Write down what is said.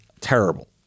terrible